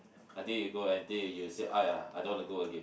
until you go I think you will say !aiya! I don't want to go again